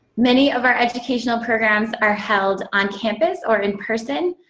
many of our educational programs are held on campus or in person.